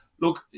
look